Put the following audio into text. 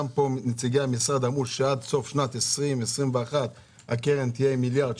גם פה נציגי המשרד אמרו שעד סוף שנת 2021 הקרן תהיה עם מיליארד שקל,